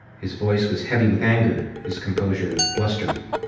his voice was heavy with anger, his composure blustery.